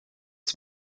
its